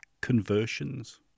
conversions